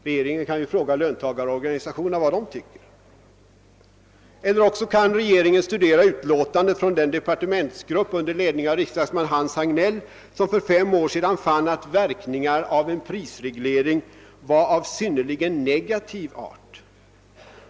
Regeringen kan ju fråga löntagarorganisationerna vad de tycker. Regeringen kan också studera utlåtandet från den departementsgrupp under ledning av riksdagsman Hans Hagnell som för fem år sedan fann, att verkningar av en prisreglering är av synnerligen negativ art.